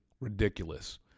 ridiculous